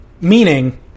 meaning